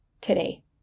today